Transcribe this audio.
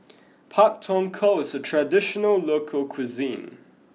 Pak Thong Ko is a traditional local cuisine